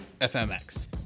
FMX